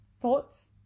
Thoughts